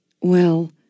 Well